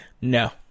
No